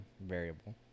variable